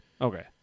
Okay